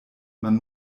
man